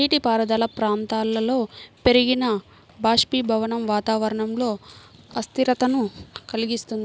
నీటిపారుదల ప్రాంతాలలో పెరిగిన బాష్పీభవనం వాతావరణంలో అస్థిరతను కలిగిస్తుంది